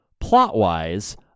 plot-wise